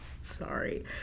sorry